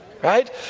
right